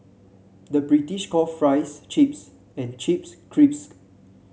the British calls fries chips and chips crisp